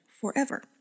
forever